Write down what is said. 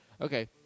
Okay